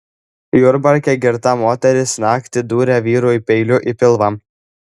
jurbarke girta moteris naktį dūrė vyrui peiliu į pilvą